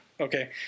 Okay